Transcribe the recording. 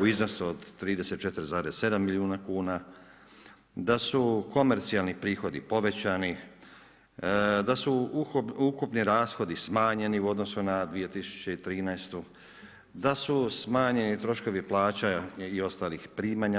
u iznosu od 34,7 milijuna kuna, da su komercionalni prihodi povećani, da su ukupni rashodi smanjeni u odnosu na 2013., da su smanjeni troškovi plaća i ostalih primanja.